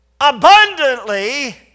abundantly